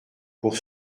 pour